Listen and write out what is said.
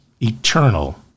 eternal